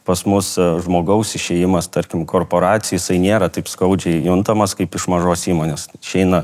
pas mus žmogaus išėjimas tarkim korporacijai jisai nėra taip skaudžiai juntamas kaip iš mažos įmonės išeina